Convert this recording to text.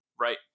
Right